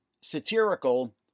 satirical